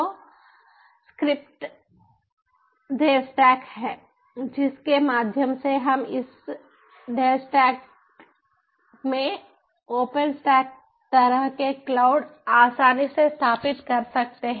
तो script DevStack हैं जिसके माध्यम से हम इस देवस्टैक में ओपनस्टैक तरह के क्लाउड आसानी से स्थापित कर सकते हैं